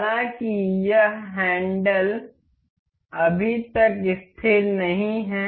हालांकि यह यह हैंडल अभी तक स्थिर नहीं है